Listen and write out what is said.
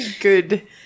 good